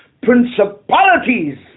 principalities